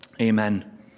Amen